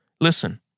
Listen